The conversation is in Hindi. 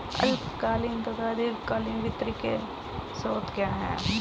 अल्पकालीन तथा दीर्घकालीन वित्त के स्रोत क्या हैं?